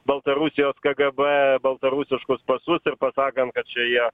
baltarusijos kgb baltarusiškus pasus ir pasakant kad čia jie